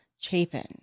Chapin